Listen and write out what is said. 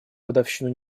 годовщину